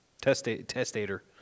testator